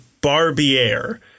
Barbier